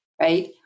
right